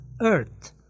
earth